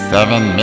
Seven